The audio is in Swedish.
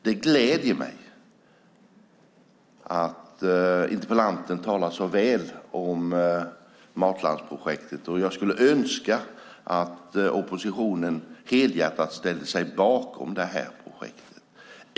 Det gläder mig att interpellanten talar så väl om matlandsprojektet. Jag skulle önska att oppositionen helhjärtat ställde sig bakom projektet.